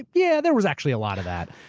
yeah there was actually a lot of that.